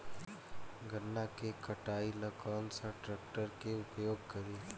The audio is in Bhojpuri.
गन्ना के कटाई ला कौन सा ट्रैकटर के उपयोग करी?